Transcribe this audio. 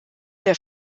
der